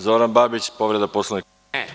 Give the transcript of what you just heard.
Zoran Babić, povreda Poslovnika?